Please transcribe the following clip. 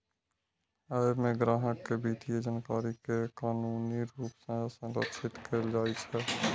अय मे ग्राहक के वित्तीय जानकारी कें कानूनी रूप सं संरक्षित कैल जाइ छै